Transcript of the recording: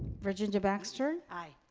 virginia baxter? aye.